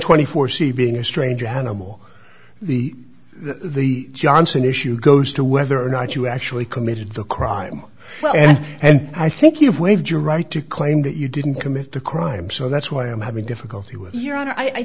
twenty four see being a strange animal the the johnson issue goes to whether or not you actually committed the crime and i think you've waived your right to claim that you didn't commit the crime so that's why i'm having difficulty with